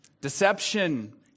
Deception